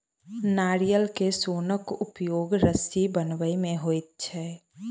नारियल के सोनक उपयोग रस्सी बनबय मे होइत छै